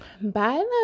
Bye